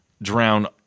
drown